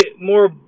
more